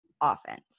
Offense